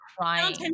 crying